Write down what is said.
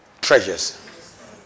treasures